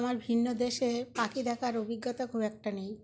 আমার ভিন্ন দেশে পাখি দেখার অভিজ্ঞতা খুব একটা নেই